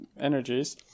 energies